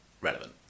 relevant